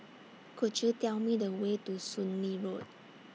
Could YOU Tell Me The Way to Soon Lee Road